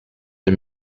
les